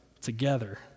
together